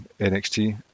NXT